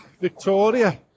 Victoria